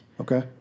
Okay